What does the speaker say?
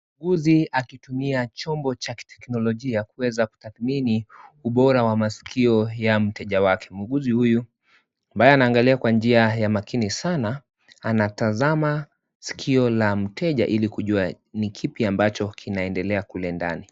Muuguzi akitumia chombo cha kiteknolojia kuweza kutathimini ubora wa masikio ya mteja wake. Muugizi huyu ambaye anaangalia kwa njia ya makini sana, anatazama sikio la mteja ili kujua ni kipi ambacho kinaendelea kule ndani.